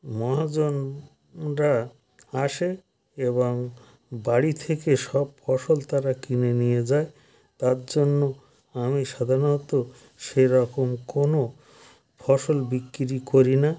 মহাজনরা আসে এবং বাড়ি থেকে সব ফসল তারা কিনে নিয়ে যায় তার জন্য আমি সাধারণত সেরাকম কোনো ফসল বিক্রি করি না